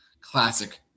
Classic